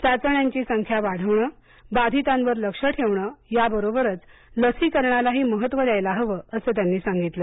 चाचण्यांची संख्या वाढवणं बाधितांवर लक्ष ठेवण याबरोबरच लसीकरणालाही महत्त्व द्यायला हवं असं त्यांनी सांगितलं